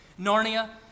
Narnia